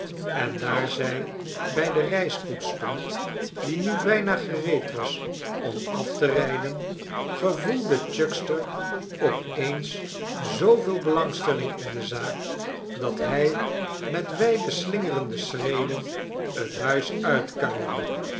en daar zij bij de reiskoets stond die nu bijna gereed was om af te rijden gevoelde chuckster op eens zooveel belangstelling in de zaak dat hij met wijde slingerende sehreden het huis uitkuierde